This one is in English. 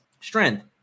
Strength